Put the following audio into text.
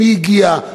מי הגיע,